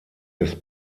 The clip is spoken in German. des